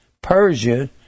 persia